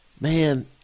Man